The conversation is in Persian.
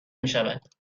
میشود